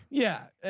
yeah and.